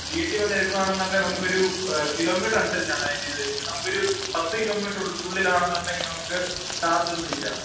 ബിടി വന്നി എടുക്കുവാണെന്നണ്ടെ നമുക്കരു കിലോമീറ്റർനസരിച്ചാണ് അതിൻ് ഇത് വര നമുക്കൊരു പത്ത് കിലോമീറ്റർ ഉള്ളിലാണെന്നുണ്ടെങ്കി നമുക്ക് ചാർജ്ൊന്നും ഇല്ല